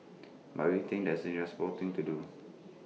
but we think that IT is responsible thing to do